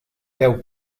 peu